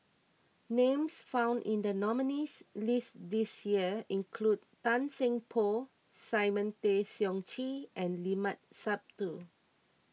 names found in the nominees' list this year include Tan Seng Poh Simon Tay Seong Chee and Limat Sabtu